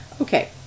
Okay